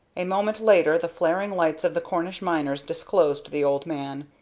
a moment later the flaring lights of the cornish miners disclosed the old man,